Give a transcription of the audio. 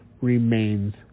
remains